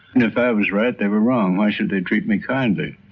if i was right they were wrong, why should they treat me kindly?